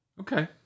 Okay